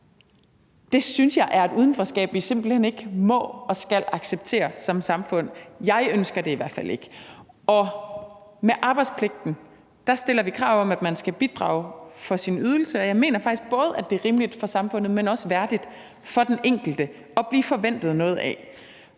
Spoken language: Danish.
Det synes jeg er et udenforskab, vi simpelt hen ikke må og skal acceptere som samfund. Jeg ønsker det i hvert fald ikke. Og med arbejdspligten stiller vi krav om, at man skal bidrage for sin ydelse, og jeg mener faktisk både, det er rimeligt i forhold til samfundet, men også, at det er værdigt for den enkelte at blive forventet noget af.